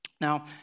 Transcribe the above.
Now